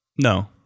No